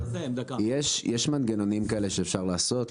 יש מנגנונים כאלה שאפשר לעשות.